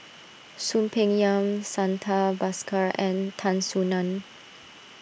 Soon Peng Yam Santha Bhaskar and Tan Soo Nan